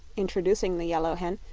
introducing the yellow hen,